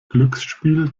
glücksspiel